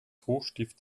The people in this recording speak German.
hochstift